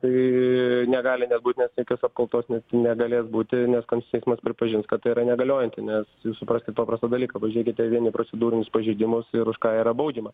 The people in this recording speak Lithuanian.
tai negali nebūt nes jokios apkaltos net negalės būti nes teismas pripažins kad tai yra negaliojanti nes jūs supraskit paprastą dalyką pažiūrėkit vien į procedūrinius pažeidimus ir už ką yra baudžiama